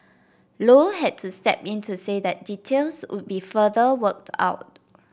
low had to step in to say that details would be further worked out